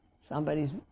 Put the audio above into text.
somebody's